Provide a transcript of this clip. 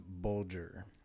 Bulger